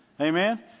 amen